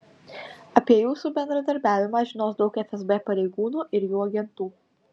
apie jūsų bendradarbiavimą žinos daug fsb pareigūnų ir jų agentų